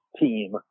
team